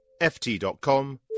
ft.com